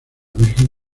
virgen